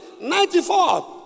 ninety-four